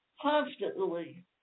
constantly